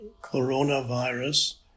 coronavirus